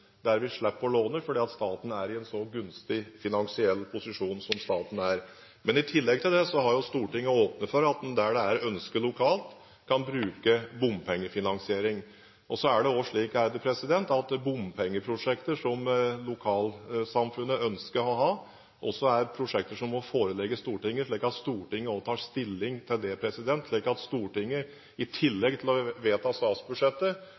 der vi slipper å låne fordi staten er i en så gunstig finansiell posisjon som staten er. I tillegg til det har Stortinget åpnet for at en der det er et ønske lokalt, kan bruke bompengefinansiering. Så er det også slik at bompengeprosjekter som lokalsamfunnet ønsker å ha, også er prosjekter som må forelegges Stortinget. Stortinget tar altså stilling til det, slik at Stortinget i tillegg til å vedta statsbudsjettet